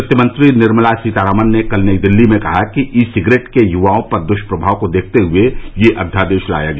वित्त मंत्री निर्मला सीतारामन ने कल नई दिल्ली में कहा कि ई सिगरेट के युवाओं पर दृष्प्रभाव को देखते हुए यह अध्यादेश लाया गया